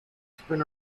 spent